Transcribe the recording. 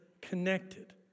connected